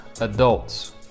adults